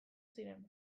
ziren